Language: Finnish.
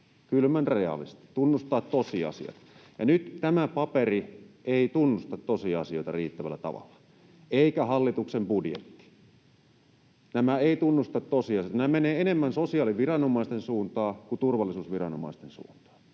kylmän realisti, tunnustaa tosiasiat. Ja nyt tämä paperi ei tunnusta tosiasioita riittävällä tavalla, eikä hallituksen budjetti. Nämä eivät tunnusta tosiasioita, nämä menevät enemmän sosiaaliviranomaisten suuntaan kuin turvallisuusviranomaisten suuntaan.